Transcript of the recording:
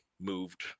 moved